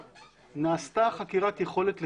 נעשתה חקירת יכולת לחייב.